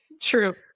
True